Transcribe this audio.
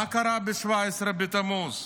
מה קרה ב-17 בתמוז?